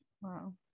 Wow